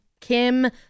Kim